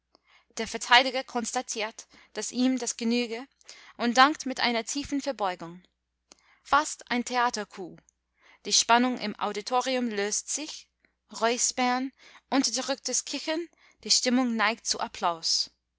der verteidiger konstatiert daß ihm das genüge und dankt mit einer tiefen verbeugung fast ein theatercoup die spannung im auditorium löst sich räuspern unterdrücktes kichern die stimmung neigt zu